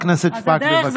חברת הכנסת שפק, בבקשה.